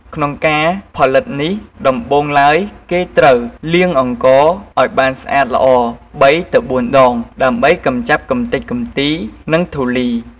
ក្នុងការផលិតនេះដំបូងឡើយគេត្រូវ លាងអង្ករឲ្យបានស្អាតល្អ ៣-៤ ដង ដើម្បីកម្ចាត់កម្ទេចកំទី និងធូលី។